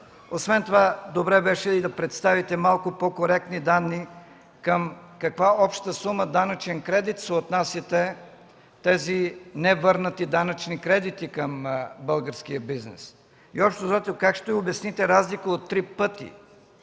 Освен това добре би било да представите малко по-коректни данни към каква обща сума данъчен кредит съотнасяте невърнатите данъчни кредити към българския бизнес? Как ще обясните разлика от три пъти